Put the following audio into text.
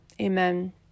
Amen